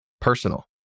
personal